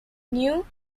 new